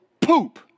poop